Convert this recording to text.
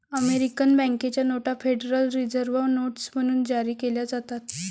American बँकेच्या नोटा Federal Reserve notes म्हणून जारी केल्या जातात